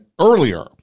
earlier